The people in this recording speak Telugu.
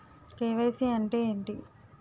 కే.వై.సీ అంటే ఏంటి?